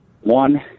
One